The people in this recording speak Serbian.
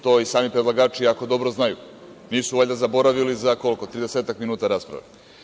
To i sami predlagači jako dobro znaju, nisu valjda zaboravili za tridesetak minuta rasprave.